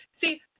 See